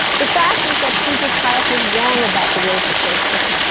the fact is that friedrich hayek was wrong about the road to serfdom.